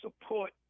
support